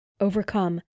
overcome